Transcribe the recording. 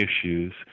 issues